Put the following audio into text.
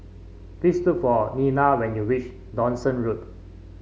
please look for Lela when you reach Dawson Road